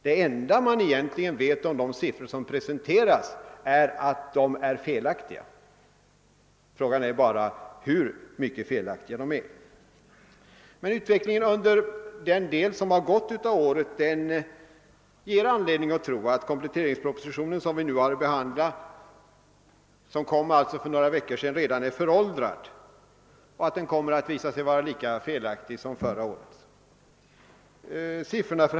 Det enda man egentligen vet om de siffror som Ppresenteras är att de är felaktiga. Frågan är bara hur felaktiga de är. Utvecklingen under den del av året som gått ger oss anledning tro att den kompletteringsproposition, som vi nu har att behandla och som alltså kom för några veckor sedan, redan är föråldrad och att den kommer att visa sig vara lika felaktig som förra årets.